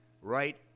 right